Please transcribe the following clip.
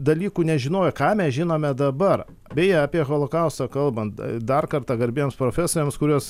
dalykų nežinojo ką mes žinome dabar beje apie holokaustą kalbant dar kartą garbiems profesoriams kuriuos